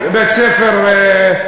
זה בית-ספר,